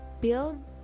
build